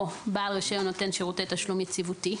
בעל רישיון נותן שירותי תשלום יציבותי".